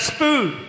food